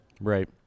Right